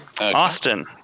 Austin